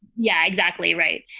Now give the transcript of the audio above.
yeah, exactly right.